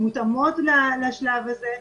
מותאמות לשלב הזה.